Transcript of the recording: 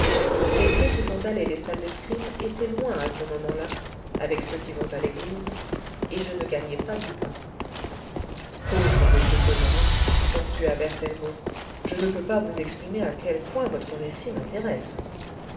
mais ceux qui font aller les salles d'escrime étaient loin à ce moment-là avec ceux qui vont à l'église et je ne gagnais pas du pain pauvre monsieur sévérin ponctua berthellemot je ne peux pas vous exprimer à quel point votre récit m'intéresse